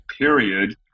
period